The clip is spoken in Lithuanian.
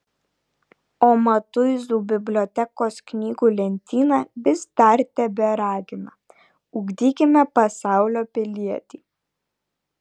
o matuizų bibliotekos knygų lentyna vis dar teberagina ugdykime pasaulio pilietį